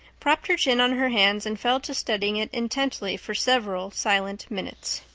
propped her chin on her hands, and fell to studying it intently for several silent minutes.